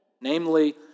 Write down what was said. namely